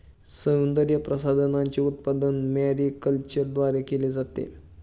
सौंदर्यप्रसाधनांचे उत्पादन मॅरीकल्चरद्वारे केले जाते